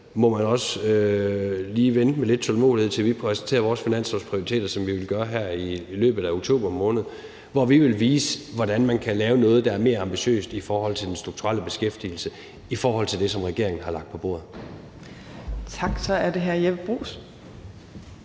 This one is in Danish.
må man lige vente med lidt tålmodighed, til vi præsenterer vores finanslovsprioriteter, som vi vil gøre her i løbet af oktober måned, hvor vi vil vise, hvordan man kan lave noget, der er mere ambitiøst i forhold til den strukturelle beskæftigelse end det, som regeringen har lagt på bordet. Kl. 10:35 Fjerde